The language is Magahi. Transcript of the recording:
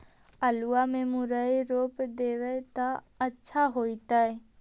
आलुआ में मुरई रोप देबई त अच्छा होतई?